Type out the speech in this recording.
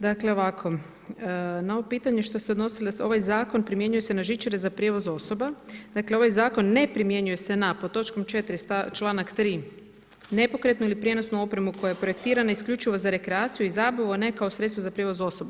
Dakle ovako, na ovo pitanje što se odnosilo na zakon, primjenjuje se na žičare za prijevoz osoba, dakle ovaj zakon ne primjenjuje se na pod točkom 4. članak 3. nepokretnu ili prijenosnu opremu koja je projektirana isključivo za rekreaciju i zabavu a ne kao sredstvo za prijevoz osoba.